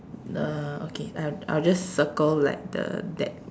uh okay I I'll just circle like the that